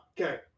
Okay